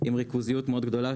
עם ריכוזיות מאוד גדולה,